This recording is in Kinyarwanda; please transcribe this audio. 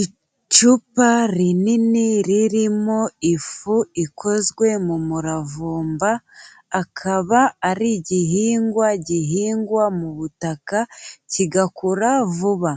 Icupa rinini ririmo ifu ikozwe mu muravumba, akaba ari igihingwa gihingwa mu butaka, kigakura vuba.